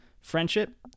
friendship